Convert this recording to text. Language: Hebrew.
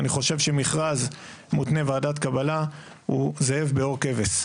אני חושב שמכרז מותנה ועדת קבלה הוא זאב בעור כבש.